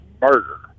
murder